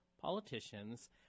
politicians